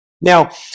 Now